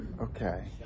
okay